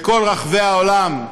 בכל רחבי העולם,